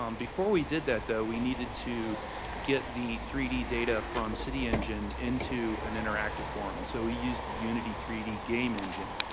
um before we did that though, we needed to get the three d data from cityengine into an interactive form and so we used the unity three d game engine.